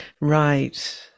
Right